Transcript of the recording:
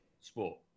Sport